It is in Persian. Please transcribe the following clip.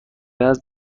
است